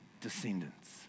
descendants